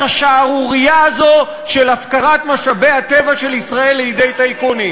השערורייה הזאת של הפקרת משאבי הטבע של ישראל לידי טייקונים,